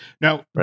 now